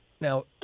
Now